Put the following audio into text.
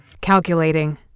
Calculating